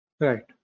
right